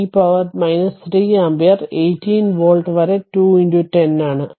ഇത് power 3 ampere 18 volt വരെ 2 10 ആണ്